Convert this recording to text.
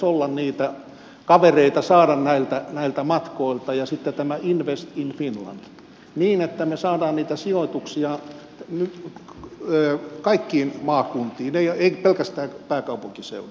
pitäisi niitä kavereita saada näiltä matkoilta ja sitten tämä invest in finland niin että me saamme niitä sijoituksia kaikkiin maakuntiin ei pelkästään pääkaupunkiseudulle